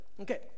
okay